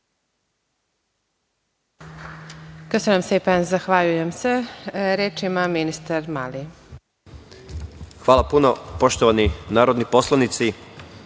Hvala puno, poštovani narodni poslanici. Samo